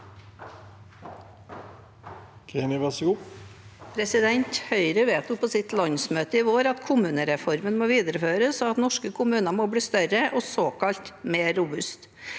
Høyre vedtok på sitt landsmøte i vår at kommunereformen må videreføres, og at norske kommuner må bli større og såkalt mer robuste.